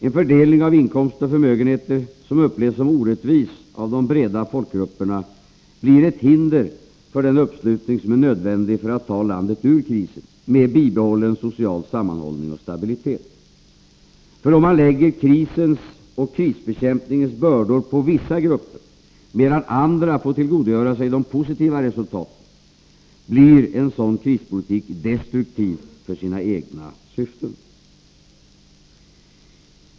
En fördelning av inkomster och förmögenheter som upplevs som orättvis av de breda folkgrupperna blir ett hinder för den uppslutning som är nödvändig för att ta landet ur krisen med bibehållen social sammanhållning och stabilitet. Om man lägger krisens och krisbekämpningens bördor på vissa grupper, medan andra får tillgodogöra sig de positiva resultaten, blir en sådan krispolitik destruktiv för sina egna syften.